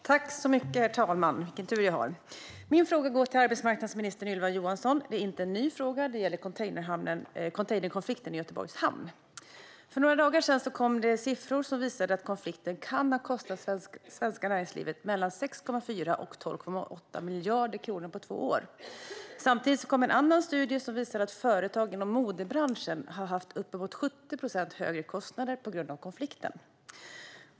Herr talman! Min fråga går till arbetsmarknadsminister Ylva Johansson. Det är inte en ny fråga, utan den gäller containerkonflikten i Göteborgs hamn. För några dagar sedan kom siffror som visade att konflikten kan ha kostat det svenska näringslivet mellan 6,4 och 12,8 miljarder kronor på två år. Samtidigt kom en annan studie som visade att företag inom modebranschen har haft uppemot 70 procent högre kostnader på grund av konflikten.